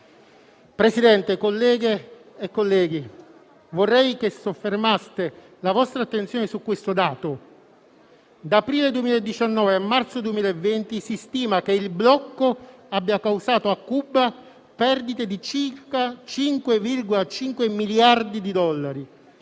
Presidente, colleghe e colleghi, vorrei che soffermaste la vostra attenzione su questo dato: da aprile 2019 a marzo 2020 si stima che il blocco abbia causato a Cuba perdite di circa 5,5 miliardi di dollari.